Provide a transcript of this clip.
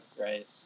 right